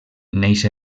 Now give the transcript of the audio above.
neix